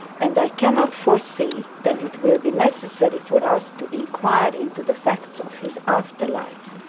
and i cannot foresee that it will be necessary for us to inquire into the facts of his after life.